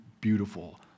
beautiful